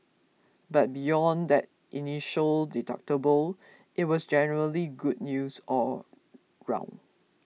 but beyond that initial deductible it was generally good news all round